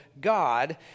God